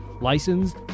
licensed